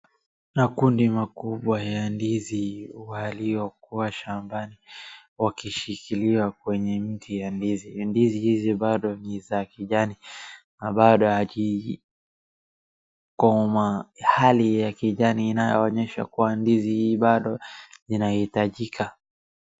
Makundi makubwa ya ndizi waliokuwa shambani wakishikiliwa kwenye miti ya ndizi. Ndizi hizi bado ni za kijani na bado hazijakomaa. Hali ya kijani inayoonyesha kuwa ndizi hii bado zinahitajika.